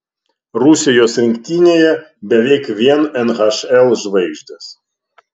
rusijos rinktinėje beveik vien nhl žvaigždės